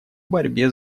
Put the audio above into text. борьбе